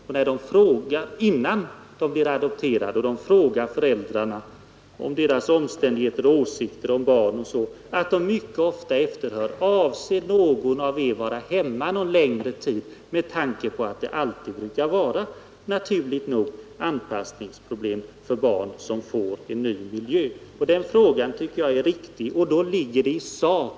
Innan barnen adopteras frågar dessa socialassistenter föräldrarna om deras omständigheter, åsikter om barn osv. De efterhör då mycket ofta om någon av föräldrarna avser att vara hemma någon längre tid, och de gör det med tanke på att det naturligt nog brukar uppstå anpassningsproblem i början för barn som får en ny miljö. Jag tycker att det är riktigt att de ställer denna fråga.